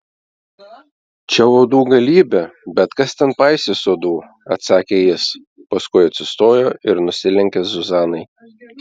čia uodų galybė bet kas ten paisys uodų atsakė jis paskui atsistojo ir nusilenkė zuzanai